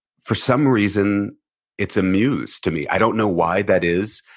for some reason it's a muse to me. i don't know why that is,